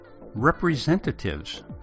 representatives